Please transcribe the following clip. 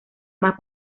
más